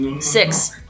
six